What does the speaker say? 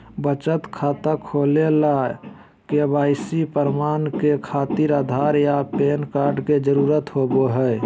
बचत खाता खोले ला के.वाइ.सी प्रमाण के खातिर आधार आ पैन कार्ड के जरुरत होबो हइ